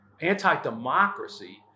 anti-democracy